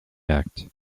act